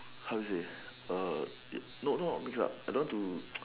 how to say no no not mix up I don't want to